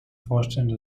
vorstellen